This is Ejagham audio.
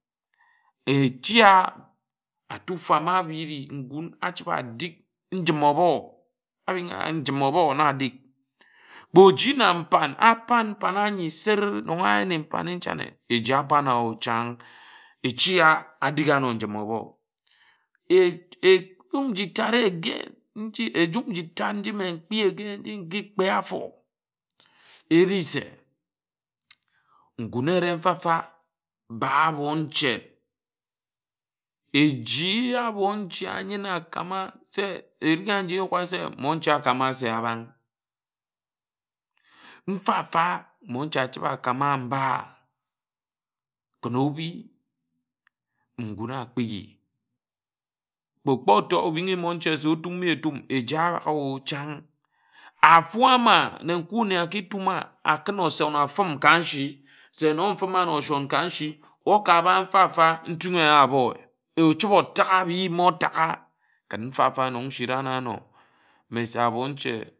Echi a atufam abibi ngún achibi adik njim óbo obin̄a njim ábo na adik. Kpe oji na nban a bán nbán ányi si r:r:r: nnon ayin mfane nchane eji eban o chan̄ echi a adik ano njim óbo ejum nji tad again ejum nji tad nji mme nkpi again nji nki kpe áfor eri se ngún ereh mfa-mfa mba abon-nche echi abon-nche anyina akama se erin aji eyuk a se monche akāma se Abang mfa-mfa monche achibe akáma se mba ken obi nkún akpighi kpe okpó tor obinghi monche se otum ye etum nji abāk oh chan afu ama nne nku nne aki tuma akún oshon a fim ka nshi se nno mfim ano oshón ka nshi okába mfa-mfa ntun eya aboe ye ochibe otak abhi ma otāk abhi ma otāk a ken mfa-mfa nnon nshira na ano mme se abon-nche.